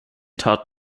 tat